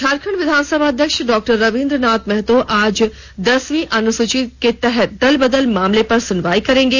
झारखंड विधानसभा अध्यक्ष डॉ रवीद्रं नाथ महतो आज दसवीं अनुसूची के तहत दल बदल मामले पर सुनवाई करेंगे